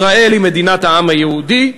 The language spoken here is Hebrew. ישראל היא מדינת העם היהודי,